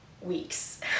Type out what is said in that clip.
weeks